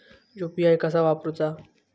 UPI कसा वापरूचा?